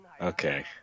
Okay